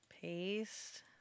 Paste